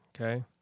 Okay